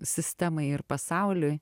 sistemai ir pasauliui